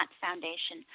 Foundation